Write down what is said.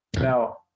Now